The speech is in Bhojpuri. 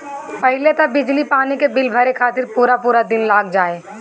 पहिले तअ बिजली पानी के बिल भरे खातिर पूरा पूरा दिन लाग जाए